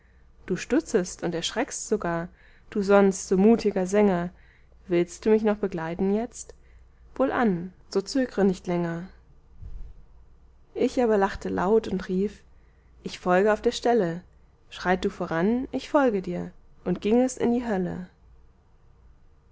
du stutzest und erschreckst sogar du sonst so mutiger sänger willst du mich noch begleiten jetzt wohlan so zögre nicht länger ich aber lachte laut und rief ich folge auf der stelle schreit du voran ich folge dir und ging es in die hölle